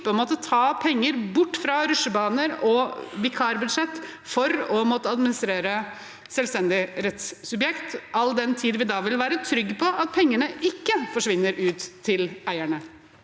å måtte ta penger bort fra rutsjebaner og vikarbudsjett for å måtte ad ministrere selvstendige rettssubjekt, all den tid vi da ville være trygge på at pengene ikke forsvinner ut til eierne?